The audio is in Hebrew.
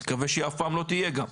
אני מקווה שהיא אף פעם לא תהיה גם.